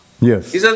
Yes